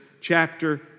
chapter